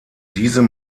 diesem